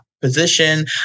position